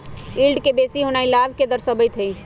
yield के बेशी होनाइ लाभ के दरश्बइत हइ